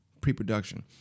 Pre-production